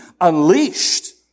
unleashed